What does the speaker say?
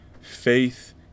faith